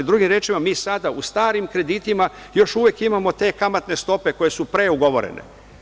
Drugim rečima, mi sada u starim kreditima još uvek imamo te kamatne stope koje su pre ugovorene.